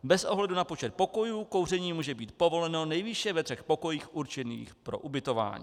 Bez ohledu na počet pokojů kouření může být povoleno nejvýše ve třech pokojích určených pro ubytování.